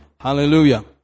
Hallelujah